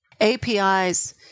APIs